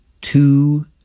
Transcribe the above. Two